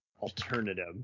alternative